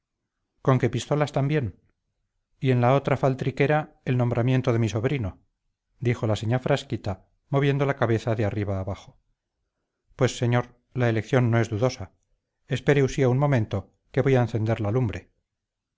cachorrillos conque pistolas también y en la otra faltriquera el nombramiento de mi sobrino dijo la señá frasquita moviendo la cabeza de arriba abajo pues señor la elección no es dudosa espere usía un momento que voy a encender la lumbre